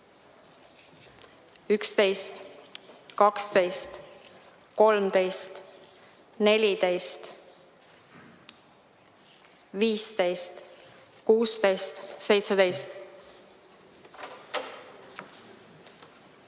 11, 12, 13, 14, 15, 16, 17,